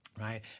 Right